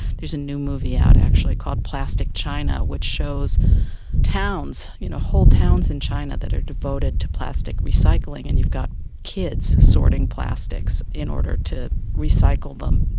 there's a new movie out actually called plastic china which shows whole towns you know whole towns in china that are devoted to plastic recycling. and you've got kids sorting plastics in order to recycle them,